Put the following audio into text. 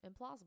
implausible